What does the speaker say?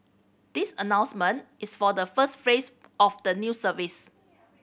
this announcement is for the first phase of the new service